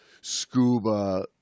scuba